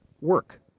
work